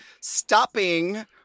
stopping